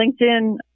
LinkedIn